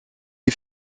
est